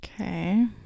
Okay